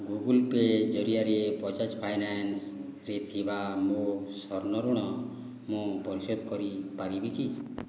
Google pay ଜରିଆରେ ବଜାଜ ଫାଇନାନ୍ସରେ ଥିବା ମୋ ସ୍ଵର୍ଣ୍ଣ ଋଣ ମୁଁ ପରିଶୋଧ କରିପାରିବି କି